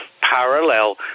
parallel